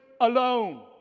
alone